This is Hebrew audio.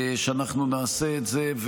שאנחנו נעשה את זה,